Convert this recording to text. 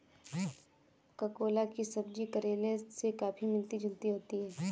ककोला की सब्जी करेले से काफी मिलती जुलती होती है